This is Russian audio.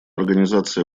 организации